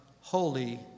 holy